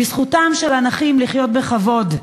בזכותם של הנכים לחיות בכבוד.